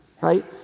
right